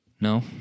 No